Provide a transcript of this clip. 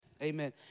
Amen